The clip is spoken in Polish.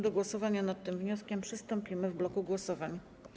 Do głosowania nad tym wnioskiem przystąpimy w bloku głosowań.